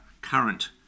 current